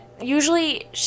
Usually